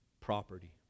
property